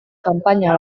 kanpaina